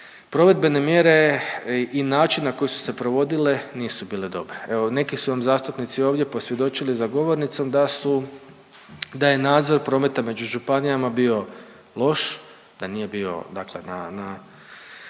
provedbene mjere i način na koji su se provodile nisu bile dobre. Evo neki su vam zastupnici ovdje posvjedočili za govornicom da su, da je nadzor prometa među županijama bio loš, da nije bio, dakle